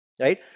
right